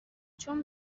چون